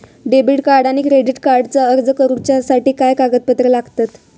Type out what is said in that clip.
Debit आणि credit कार्डचो अर्ज करुच्यासाठी काय कागदपत्र लागतत?